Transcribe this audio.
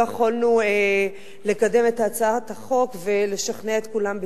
לא יכולנו לקדם את הצעת החוק ולשכנע את כולם בצדקתה.